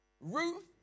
Ruth